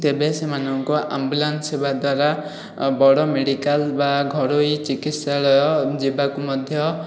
ତେବେ ସେମାନଙ୍କୁ ଆମ୍ବୁଲାନ୍ସ ସେବା ଦ୍ଵାରା ବଡ଼ ମେଡ଼ିକାଲ କିମ୍ବା ଘରୋଇ ଚିକିତ୍ସାଳୟ ଯିବାକୁ ମଧ୍ୟ